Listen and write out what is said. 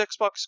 Xbox